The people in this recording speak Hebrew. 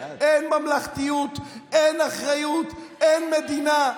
אין ממלכתיות, אין אחריות, אין מדינה.